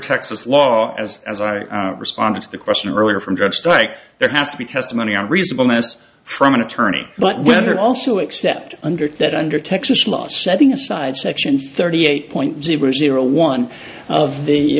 texas law as as our response to the question earlier from judge strike there has to be testimony of reasonableness from an attorney but whether also except under that under texas law setting aside section thirty eight point zero zero one of the